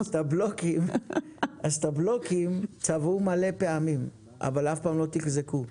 את הבלוקים צבעו מלא פעמים, אבל אף פעם לא תחזקו.